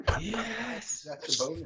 Yes